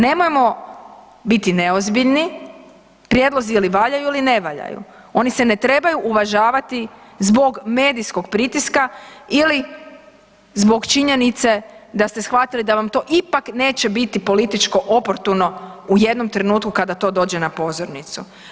Nemojmo biti neozbiljni, prijedlozi ili valjaju ili ne valjaju, oni se ne trebaju uvažavati zbog medijskog pritiska ili zbog činjenice da ste shvatili da vam to ipak neće biti političko oportuno u jednom trenutku kada to dođe na pozornicu.